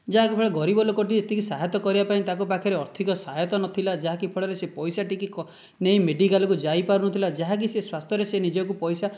ଯାହାକି ଫଳରେ ଗରିବଲୋକ ଟି ଏତିକି ସହାୟତା କରିବାପାଇଁ ତାଙ୍କ ପାଖରେ ଅର୍ଥିକ ସହାୟତା ନଥିଲା ଯାହାକି ଫଳରେ ସେ ପଇସା ଟିକି ନେଇ ମେଡ଼ିକାଲକୁ ଯାଇପାରୁନଥିଲେ ଯାହାକି ସେ ସ୍ୱାସ୍ଥ୍ୟରେ ନିଜକୁ ପଇସା